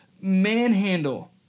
manhandle